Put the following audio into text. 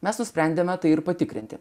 mes nusprendėme tai ir patikrinti